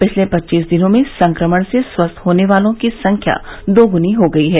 पिछले पच्चीस दिनों में संक्रमण से स्वस्थ होने वालों की संख्या दोगुनी हो गई है